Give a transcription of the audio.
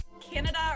Canada